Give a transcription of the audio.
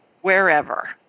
wherever